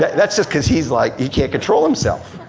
that's just cause he's like, he can't control himself.